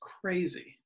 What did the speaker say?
crazy